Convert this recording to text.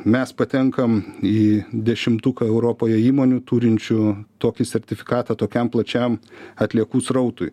mes patenkam į dešimtuką europoje įmonių turinčių tokį sertifikatą tokiam plačiam atliekų srautui